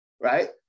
Right